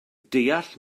deall